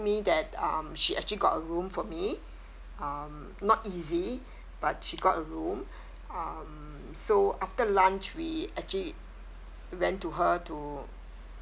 me that um she actually got a room for me um not easy but she got a room um so after lunch we actually went to her to